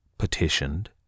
petitioned